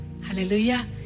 Hallelujah